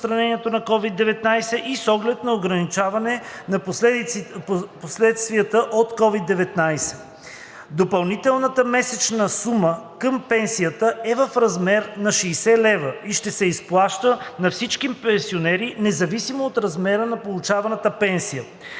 Допълнителната месечна сума към пенсията е в размер 60 лв. и ще се изплаща на всички пенсионери независимо от размера на получаваната пенсия.